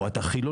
או אתה חילוני,